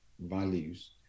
values